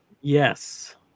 Yes